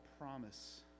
promise